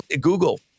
Google